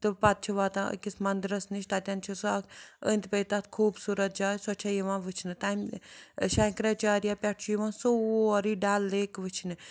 تہٕ پَتہٕ چھِ واتان أکِس مَنٛدرَس نِش تَتٮ۪ن چھِ سۄ اَکھ أنٛدۍ پٔتۍ تَتھ خوٗبصوٗرت جاے سۄ چھےٚ یِوان وٕچھنہٕ تَمہِ شٮ۪نٛکراچاریا پٮ۪ٹھ چھُ یِوان سورٕے ڈَل لیک وٕچھنہٕ